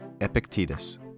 Epictetus